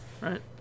right